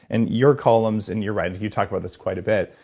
and your columns, in your writing, you talk about this quite a bit,